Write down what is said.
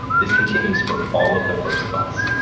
this continues for all of the first bus.